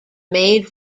made